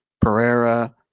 Pereira